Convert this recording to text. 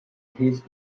his